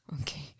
Okay